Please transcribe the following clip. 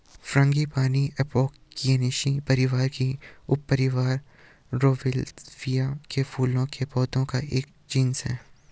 frangipani Apocynaceae परिवार के उपपरिवार रौवोल्फिया में फूलों के पौधों का एक जीनस है